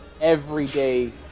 everyday